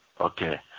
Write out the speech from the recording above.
Okay